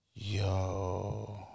Yo